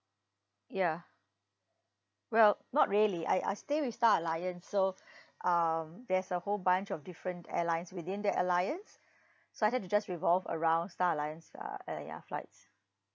ya well not really I I stay with star alliance so um there's a whole bunch of different airlines within the alliance so I tend to just revolve around star alliance lah and ya flights